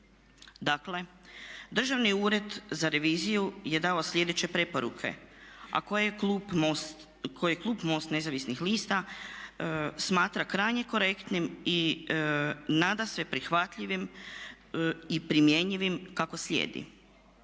Dakle, Državni ured za reviziju je dao sljedeće preporuke a koje klub MOST-a nezavisnih lista smatra krajnje korektnim i nadasve prihvatljivim i primjenjivim kako slijedi.